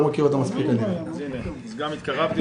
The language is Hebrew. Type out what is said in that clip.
חברי הכנסת,